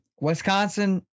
Wisconsin